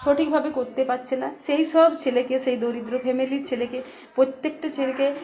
সঠিকভাবে করতে পারছে না সেই সব ছেলেকে সেই দরিদ্র ফ্যামিলির ছেলেকে প্রত্যেকটা ছেলেকে